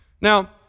Now